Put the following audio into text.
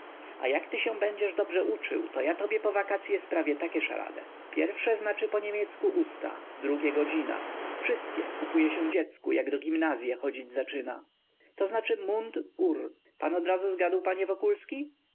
a jak ty się będziesz dobrze uczył to ja tobie po wakacye sprawie takie szarade pierwsze znaczy po niemiecku usta drugie godzina wszystkie kupuje się dziecku jak do gimnazye chodzić zaczyna to znaczy mundur pan odrazu zgadł panie wokulski